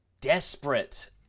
desperate